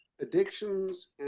addictions